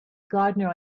gardener